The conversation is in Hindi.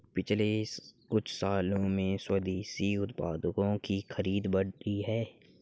पिछले कुछ सालों में स्वदेशी उत्पादों की खरीद बढ़ी है